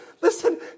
listen